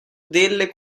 delle